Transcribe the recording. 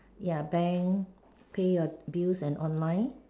ya bank pay your bills and online